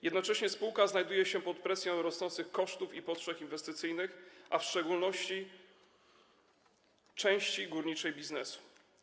Jednocześnie spółka znajduje się pod presją rosnących kosztów i potrzeb inwestycyjnych, a w szczególności części górniczej biznesu.